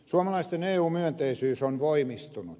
suomalaisten eu myönteisyys on voimistunut